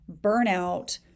burnout